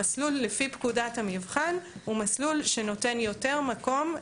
המסלול לפי פקודת המבחן הוא מסלול שנותן יותר מקום,